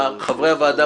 חברי הוועדה,